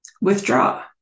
withdraw